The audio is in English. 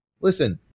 Listen